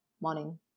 morning